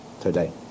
today